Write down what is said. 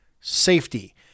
Safety